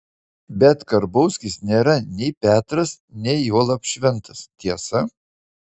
bet karbauskis nėra nei petras nei juolab šventas tiesa